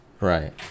right